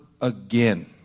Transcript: again